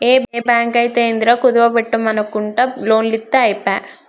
ఏ బాంకైతేందిరా, కుదువ బెట్టుమనకుంట లోన్లిత్తె ఐపాయె